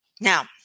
Now